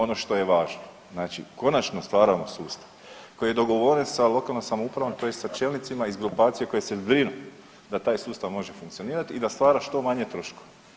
Ono što je važno znači konačno stvaramo sustav koji je dogovoren sa lokalnom samoupravom tj. sa čelnicima iz grupacije koji se brinu da taj sustav može funkcionirati i da stvara što manje troškove.